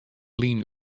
lyn